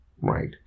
right